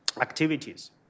activities